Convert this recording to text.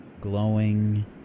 glowing